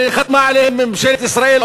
וחתמה עליהם ממשלת ישראל,